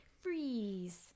Freeze